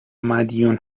مدیون